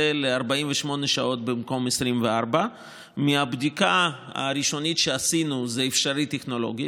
ל-48 שעות במקום 24. מהבדיקה הראשונית שעשינו זה אפשרי טכנולוגית,